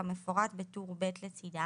כמפורט בטור ב' לצדה